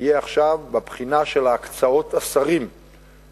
יהיה עכשיו בבחינה של הקצאות השרים במשרדים,